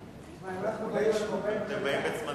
כנסת נכבדה, התשובה שאני הכנתי, התשובה הכתובה,